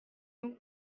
nous